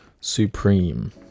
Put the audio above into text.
supreme